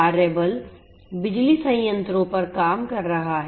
कार्यबल बिजली संयंत्रों पर काम कर रहा है